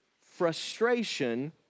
frustration